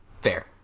Fair